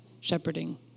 shepherding